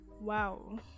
wow